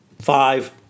Five